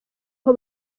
aho